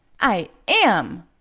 i am!